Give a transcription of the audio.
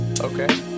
Okay